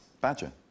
Badger